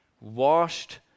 washed